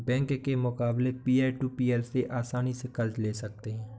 bank के मुकाबले peer to peer से आसनी से कर्ज ले सकते है